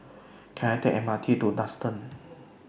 Can I Take M R T to Duxton